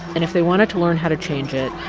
and if they wanted to learn how to change it,